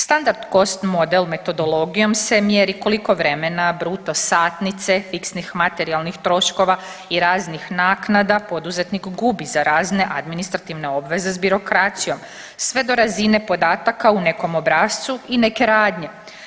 Standard Cost Model metodologijom se mjeri koliko vremena bruto satnice, fiksnih materijalnih troškova i raznih naknada poduzetnik gubi za razne administrativne obveze s birokracijom sve do razine podataka u nekom obrascu i neke radnje.